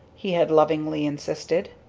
he had lovingly insisted.